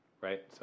right